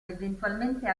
eventualmente